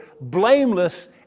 blameless